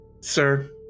Sir